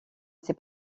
ces